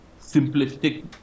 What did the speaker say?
simplistic